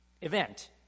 event